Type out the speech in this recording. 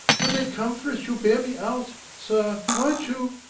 when they come for it you'll bear me out, sir, won't you?